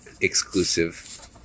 exclusive